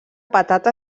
patata